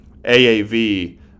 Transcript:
AAV